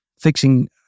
fixing